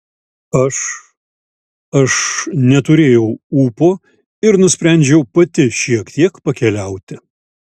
aš aš neturėjau ūpo ir nusprendžiau pati šiek tiek pakeliauti